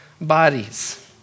bodies